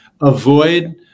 avoid